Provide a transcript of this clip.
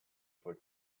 for